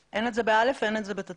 אין את זה ב-א' ואין את זה בתצהיר.